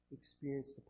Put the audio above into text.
experience